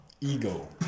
ego